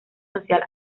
social